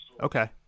okay